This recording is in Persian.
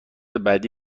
بعدی